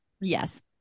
Yes